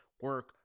Work